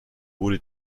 wurde